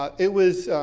ah it was,